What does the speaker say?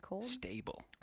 stable